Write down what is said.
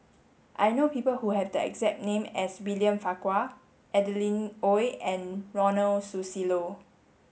I know people who have the exact name as William Farquhar Adeline Ooi and Ronald Susilo